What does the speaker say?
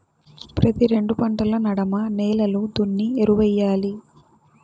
ప్రతి రెండు పంటల నడమ నేలలు దున్ని ఎరువెయ్యాలి